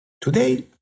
Today